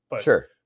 Sure